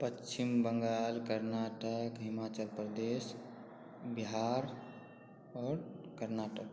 पच्छिम बंगाल कर्नाटक हिमाचल प्रदेश बिहार और कर्नाटक